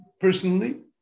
personally